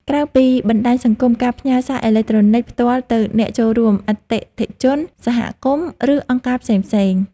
ក្រៅពីបណ្ដាញសង្គម ការផ្ញើសារអេឡិចត្រូនិចផ្ទាល់ទៅអ្នកចូលរួម អតិថិជន សហគមន៍ ឬអង្គការផ្សេងៗ